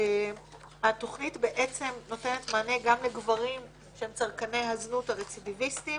התכנית נותנת מענה גם לגברים שהם צרכני הזנות הרצידיוויסטים.